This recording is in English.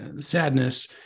sadness